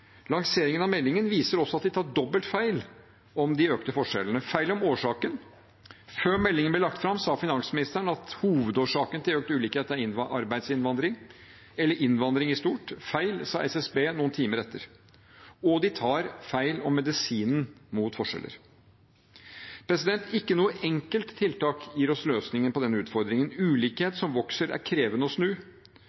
Lanseringen av meldingen viser også at de tar dobbelt feil om de økte forskjellene, bl.a. feil om årsaken. Før meldingen ble lagt fram sa finansministeren at hovedårsaken til økende ulikhet er arbeidsinnvandring eller innvandring i stort. Feil, sa SSB noen timer etter. Og regjeringen tar feil om medisinen mot forskjeller. Ikke noe enkelt tiltak gir oss løsningen på denne utfordringen.